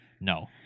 No